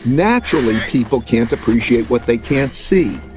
naturally, people can't appreciate what they can't see,